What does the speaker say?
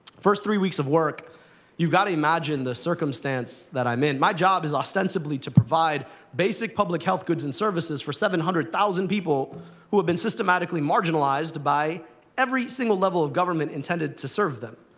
first three weeks of work you've got to imagine the circumstance that i'm i mean my job is ostensibly to provide basic public health goods and services for seven hundred thousand people who have been systematically marginalized by every single level of government intended to serve them.